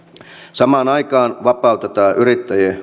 samaan aikaan vapautetaan yrittäjien